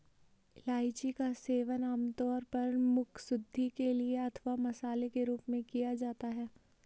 इलायची का सेवन आमतौर पर मुखशुद्धि के लिए अथवा मसाले के रूप में किया जाता है